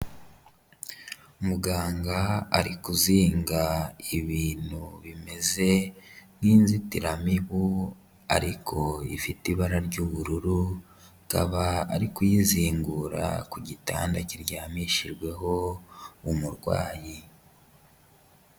Muganga ari kuzinga ibintu bimeze nk'inzitiramibu ariko ifite ibara ry'ubururu, akaba ari kuyizingura ku gitanda kiryamishijweho umurwayi.